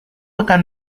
akan